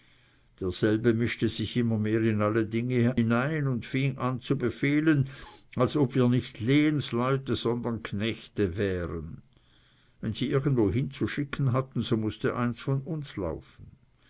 derselbe mischte sich immer mehr in alle dinge hinein und fing an zu befehlen als ob wir nicht lehensleute sondern knechte wären wenn sie irgendwohin zu schicken hatten so mußte eins von uns laufen